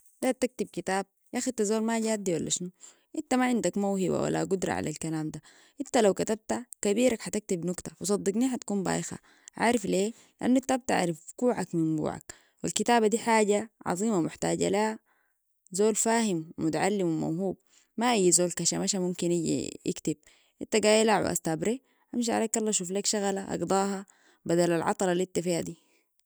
داير تكتب كتاب ياخ انت زول ما جادي ولا شنو انت ما عندك موهبة ولا قدرة على الكلام ده إتا لو كتبت كبيرك حتكتب نكتة وصدقني حتكون بايخة عارف ليه؟ لأنو إتت ما بتعرف كوعك من بوعك والكتابة دي حاجة عظيمة محتاجة ليها زول فاهم و متعلم و موهوب ما أي زول كشا مشاممكن يجي يكتب إنت قايلاعواسه ابري امشي عليك الله شوف ليك شغلة أقضاها بدل العطلة اللي إنت فيها دي